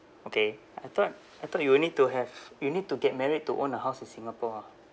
okay I thought I thought you will need to have you need to get married to own a house in singapore mah